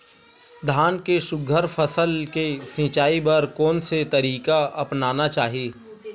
धान के सुघ्घर फसल के सिचाई बर कोन से तरीका अपनाना चाहि?